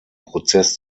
prozess